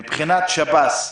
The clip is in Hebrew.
מבחינת שב"ס,